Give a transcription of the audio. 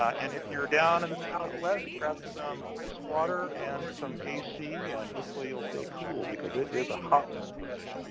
and if you're down in the southwest, grab some ice water and some ac and hopefully you'll stay cool. because it is a hot one today.